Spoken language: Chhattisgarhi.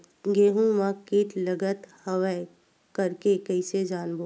गेहूं म कीट लगत हवय करके कइसे जानबो?